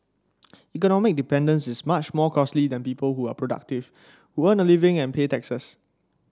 economic dependence is much more costly than people who are productive who earn a living and pay taxes